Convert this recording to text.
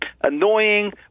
Annoying